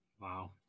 Wow